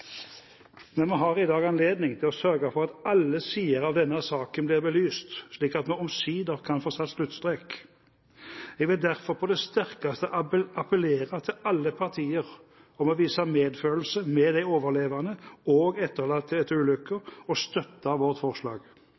Men vi har i dag anledning til å sørge for at alle sider av denne saken blir belyst, slik at vi omsider kan få satt sluttstrek. Jeg vil derfor på det sterkeste appellere til alle partier om å vise medfølelse med de overlevende og etterlatte etter ulykken – og støtte vårt forslag.